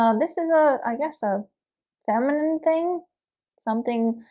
um this is a i guess a feminine thing something